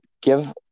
give